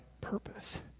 purpose